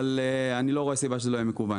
אבל אני לא רואה סיבה שזה לא יהיה מקוון.